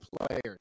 players